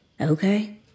Okay